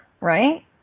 right